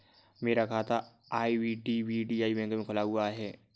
मेरा खाता IDBI bank में खुला हुआ है